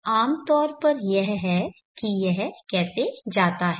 तो आमतौर पर यह है कि यह कैसे जाता है